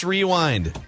Rewind